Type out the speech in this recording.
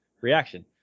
reaction